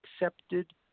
accepted